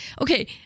okay